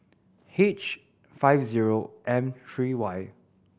H five zero M three Y